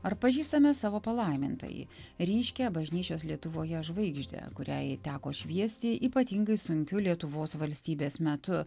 ar pažįstame savo palaimintąjį ryškią bažnyčios lietuvoje žvaigždę kuriai teko šviesti ypatingai sunkiu lietuvos valstybės metu